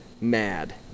mad